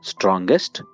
Strongest